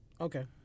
Okay